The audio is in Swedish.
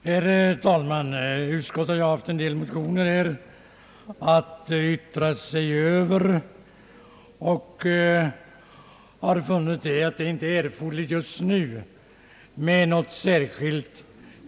Herr talman! Utskottet har haft att ta ställning till en del motioner beträffande denna punkt och funnit, att något särskilt uttalande just nu inte erfordras.